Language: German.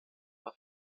war